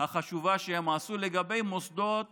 החשובה שהם עשו, לגבי מוסדות